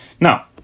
Now